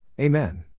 Amen